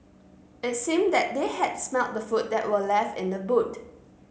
it seemed that they had smelt the food that were left in the boot